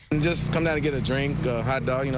just come down to get a drink, a hot dog,